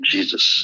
Jesus